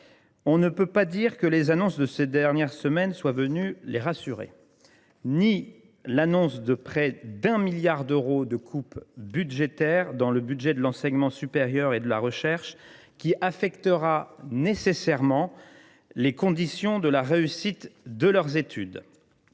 On ne peut pas dire que les annonces de ces dernières semaines soient de nature à rassurer les jeunes : ni l’annonce de près d’un milliard d’euros de coupes dans le budget de l’enseignement supérieur et de la recherche, qui affectera nécessairement les conditions de la réussite de leurs études,